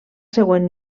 següent